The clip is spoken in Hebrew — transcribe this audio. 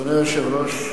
אדוני היושב-ראש,